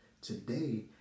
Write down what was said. today